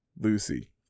Lucy